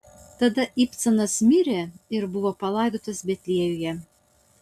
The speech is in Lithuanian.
tada ibcanas mirė ir buvo palaidotas betliejuje